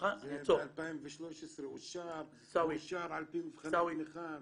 זה מ-2013 אושר, אושר על פי מבחני תמיכה וזה.